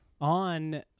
on